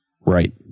Right